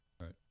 Right